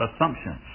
assumptions